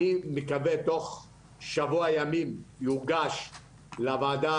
אני מקווה שתוך שבוע ימים הוא יוגש לוועדה